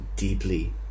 Deeply